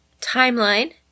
timeline